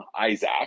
Isaac